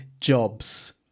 jobs